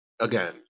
again